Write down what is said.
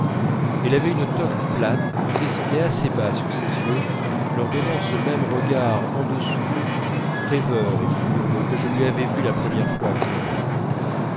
elle avait une toque plate qui descendait assez bas sur ses yeux leur donnant ce même regard en dessous rêveur et fourbe que je lui avais vu la première fois